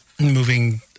moving